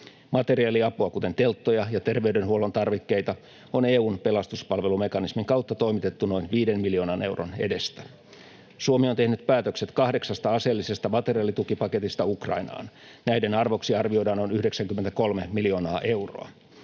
Materiaaliapua, kuten telttoja ja terveydenhuollon tarvikkeita, on EU:n pelastuspalvelumekanismin kautta toimitettu noin viiden miljoonan euron edestä. Suomi on tehnyt päätökset kahdeksasta aseellisesta materiaalitukipaketista Ukrainaan. Näiden arvoksi arvioidaan noin 93 miljoonaa euroa.